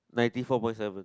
ninety four point seven